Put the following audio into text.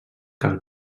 cal